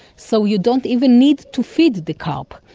so you don't even need to feed the carp.